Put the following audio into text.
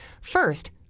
First